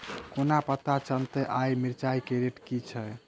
कोना पत्ता चलतै आय मिर्चाय केँ रेट की छै?